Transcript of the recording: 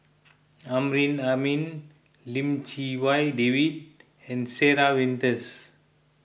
Amrin Amin Lim Chee Wai David and Sarah Winstedt